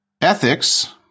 Ethics